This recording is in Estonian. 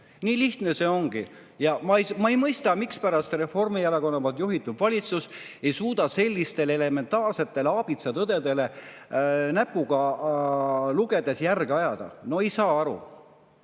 Nii lihtne see ongi! Ja ma ei mõista, mispärast Reformierakonna juhitud valitsus ei suuda sellistel elementaarsetel aabitsatõdedel näpuga lugedes järge ajada. No ei saa aru.